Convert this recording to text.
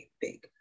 big